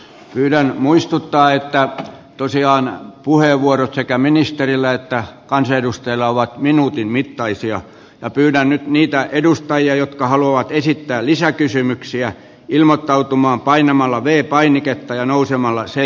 pyydän muistuttaa että tosiaan puheenvuorot sekä ministereillä että kansanedustajilla ovat minuutin mittaisia ja pyytänyt niitä edustajia jotka haluan esittää lisäkysymyksiä ilmoittautumaan painamalla vei painiketta ja nousemalla se